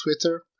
Twitter